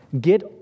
Get